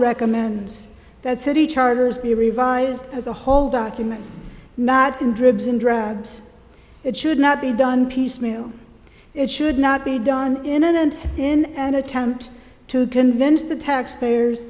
recommends that city charters be revised as a whole document not in dribs and drabs it should not be done piecemeal it should not be done in an in an attempt to convince the taxpayers